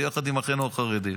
ביחד עם אחינו החרדים.